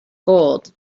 gold